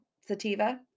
Sativa